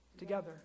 together